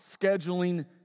scheduling